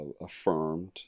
affirmed